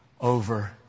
over